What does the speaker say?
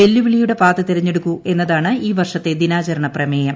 വെല്ലുവിളിയുടെ പാത തെരഞ്ഞെടുക്കൂ എന്നതാണ് ഈ വർഷത്തെ ദിനാചരണ പ്രമേയം